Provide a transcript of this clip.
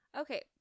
Okay